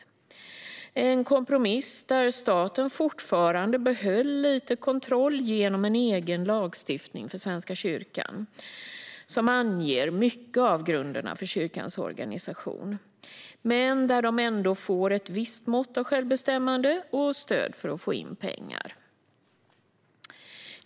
Det är en kompromiss där staten behåller lite kontroll genom egen lagstiftning för Svenska kyrkan som anger mycket av grunderna för kyrkans organisation men där kyrkan ändå får ett visst mått av självbestämmande och stöd för att få in pengar.